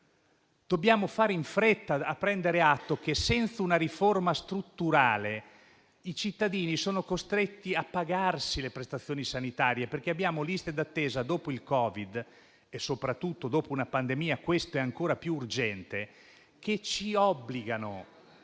Dobbiamo fare in fretta a prendere atto che senza una riforma strutturale i cittadini sono costretti a pagarsi le prestazioni sanitarie, perché dopo il Covid - e soprattutto dopo una pandemia questo è ancora più urgente - abbiamo